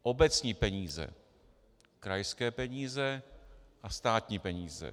Obecní peníze, krajské peníze a státní peníze.